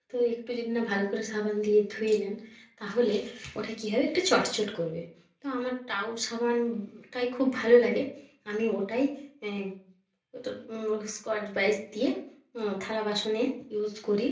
তো একটু যদি না ভালো করে সাবান দিয়ে ধুয়ে নেন তাহলে ওটা কী হবে একটু চট চট করবে তো আমার টাও সাবানটাই খুব ভালো লাগে আমি ওটাই ওটা স্কচ ব্রাইট দিয়ে থালা বাসনে ইউজ করি